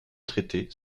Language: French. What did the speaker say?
traités